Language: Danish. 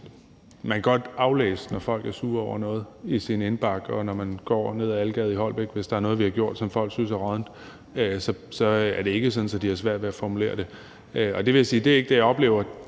sin indbakke, når folk er sure over noget, og når man går ned ad Ahlgade i Holbæk, får man det også at vide, hvis der er noget, vi har gjort, som folk synes er råddent. Så er det ikke sådan, at de har svært ved at formulere det. Og jeg vil sige, at det ikke er det, jeg oplever.